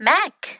Mac